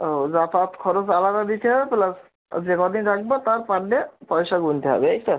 ও যাতায়াত খরচ আলাদা দিতে হবে প্লাস যে ক দিন রাখবো তার পার ডে পয়সা গুনতে হবে এই তো